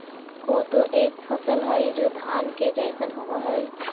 कोदो एक फसल हई जो धान के जैसन होव हई